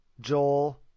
Joel